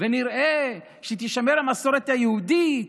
ונראה שתישמר המסורת היהודית,